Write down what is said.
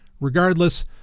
regardless